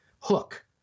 hook